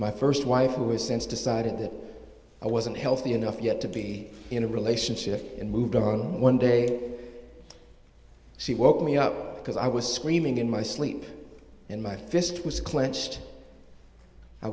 my first wife away since decided that i wasn't healthy enough yet to be in a relationship and moved on one day she woke me up because i was screaming in my sleep and my fist was clenched i